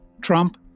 Trump